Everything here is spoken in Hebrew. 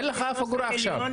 אין לך אף אגורה עכשיו?